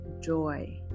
joy